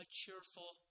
cheerful